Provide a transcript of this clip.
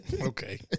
Okay